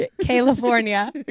California